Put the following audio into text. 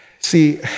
See